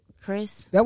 Chris